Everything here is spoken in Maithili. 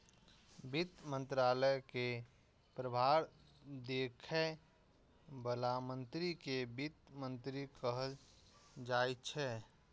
वित्त मंत्रालय के प्रभार देखै बला मंत्री कें वित्त मंत्री कहल जाइ छै